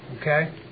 Okay